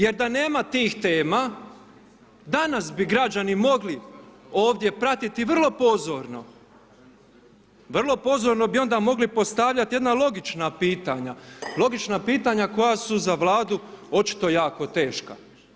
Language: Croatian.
Jer da nema tih tema, danas bi građani mogli ovdje pratiti vrlo pozorno, vrlo pozorno bi onda mogli postavljati jedna logična pitanja, logična pitanja koja su za Vladu, očito jako teška.